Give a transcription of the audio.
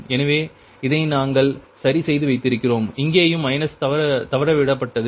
எனவே இதை நாங்கள் சரிசெய்து வைத்திருக்கிறோம் இங்கேயும் மைனஸ் தவறவிடப்பட்டது